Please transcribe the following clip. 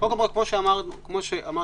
כפי שאמרתי,